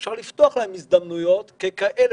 ואפשר לפתוח להם הזדמנויות שהם יהיו אלה